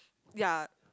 ya